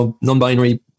non-binary